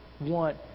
want